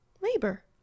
labor